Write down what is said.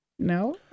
No